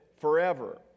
forever